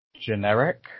generic